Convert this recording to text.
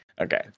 Okay